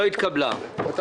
רוב נמנעים,